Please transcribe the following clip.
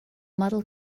model